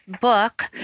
book